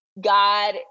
God